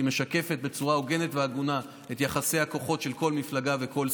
היא משקפת בצורה הוגנת והגונה את יחסי הכוחות של כל מפלגה וכל סיעה.